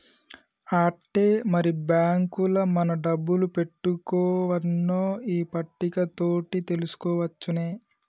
ఆట్టే మరి బాంకుల మన డబ్బులు పెట్టుకోవన్నో ఈ పట్టిక తోటి తెలుసుకోవచ్చునే